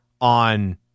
on